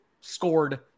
scored